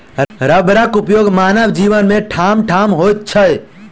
रबरक उपयोग मानव जीवन मे ठामठाम होइत छै